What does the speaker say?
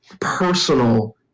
personal